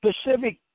specific